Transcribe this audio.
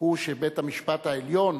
הוא שבית-המשפט העליון